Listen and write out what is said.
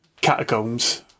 catacombs